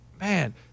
man